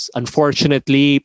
unfortunately